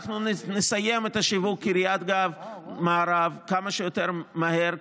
אנחנו נסיים את השיווק של קריית גת מערב כמה שיותר מהר,